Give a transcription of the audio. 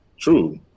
true